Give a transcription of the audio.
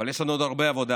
אבל יש לנו עוד הרבה עבודה,